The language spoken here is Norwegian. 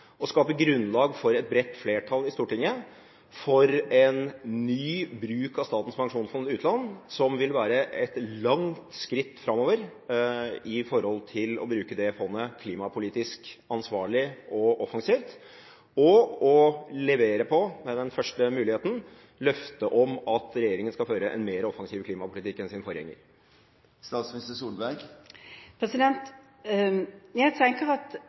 skape grunnlag for et bredt flertall i Stortinget for en ny bruk av Statens pensjonsfond utland, som vil være et langt skritt framover når det gjelder å bruke det fondet klimapolitisk ansvarlig og offensivt, og ved den første muligheten å levere på løftet om at regjeringen skal føre en mer offensiv klimapolitikk enn sin forgjenger? Jeg tenker at